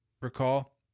recall